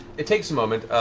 it takes a moment.